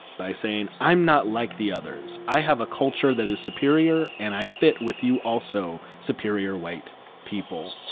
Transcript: by saying i'm not like the others. i have a culture that is superior and i fit with you also, superior white people.